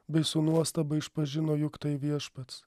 bei su nuostaba išpažino jog tai viešpats